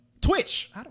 Twitch